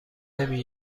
نمی